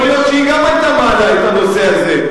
יכול להיות שהיא גם היתה מעלה את הנושא הזה.